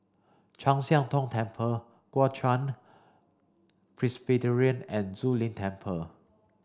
Chu Siang Tong Temple Kuo Chuan Presbyterian and Zu Lin Temple